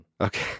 okay